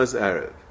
Arab